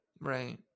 Right